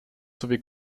sowie